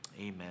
Amen